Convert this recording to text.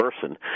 person